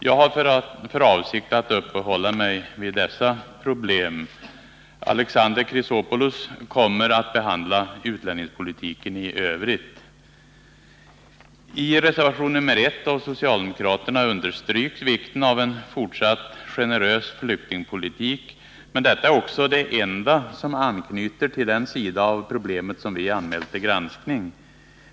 Jag har för avsikt att uppehålla mig vid dessa problem. Alexander Chrisopoulos kommer att behandla utlänningspolitiken i övrigt. I reservation nr 1 av socialdemokraterna understryks vikten av en fortsatt generös flyktingpolitik, men detta är också det enda som anknyter till den sida av problemet som vi har anmält till granskning.